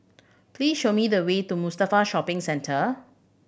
please show me the way to Mustafa Shopping Centre